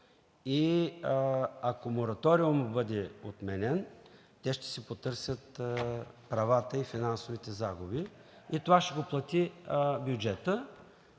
и ако мораториумът бъде отменен, те ще си потърсят правата и финансовите загуби ще ги плати бюджетът,